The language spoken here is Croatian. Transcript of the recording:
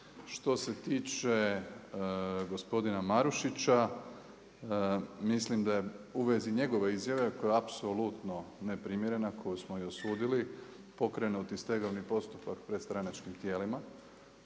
Što se tiče gospodina Marušića, mislim da je u vezi njegove izjave koja je apsolutno neprimjerena, koju smo i osudili pokrenuti stegovni postupak pred stranačkim tijelima.